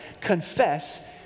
confess